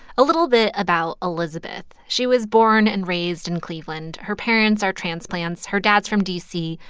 a little bit about elizabeth. she was born and raised in cleveland. her parents are transplants. her dad's from d c.